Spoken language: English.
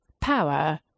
Power